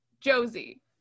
Josie